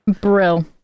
Brill